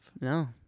No